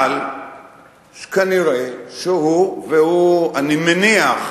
כנראה הוא והוא, אני מניח,